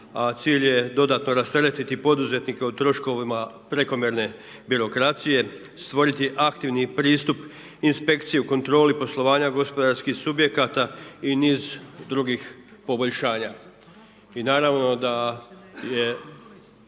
a cilj je dodatno rasteretiti poduzetnike od troškovima prekomjerne birokracije, stvoriti aktivni pristup inspekciji u kontroli poslovanja gospodarskih subjekata i niz drugih poboljšanja. I naravno da je